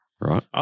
right